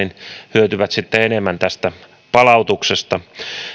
hyötyvät sitten enemmän tästä palautuksesta